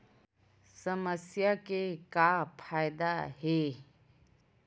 समस्या के का फ़ायदा हे?